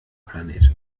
planet